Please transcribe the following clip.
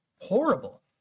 horrible